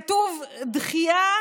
כתוב: דחייה